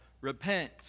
repent